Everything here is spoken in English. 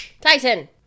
titan